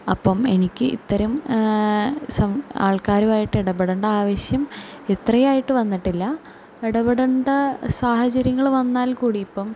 അപ്പം എനിക്ക് ഇത്തരം ആൾക്കാരുമായിട്ട് ഇടപെടേണ്ട ആവശ്യം ഇത്ര ആയിട്ടും വന്നിട്ടില്ല ഇടപെടേണ്ട സാഹചര്യങ്ങൾ വന്നാൽ കൂടി ഇപ്പം